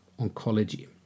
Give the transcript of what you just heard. oncology